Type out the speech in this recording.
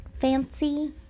fancy